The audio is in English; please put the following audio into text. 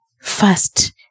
first